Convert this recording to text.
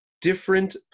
different